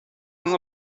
non